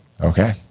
okay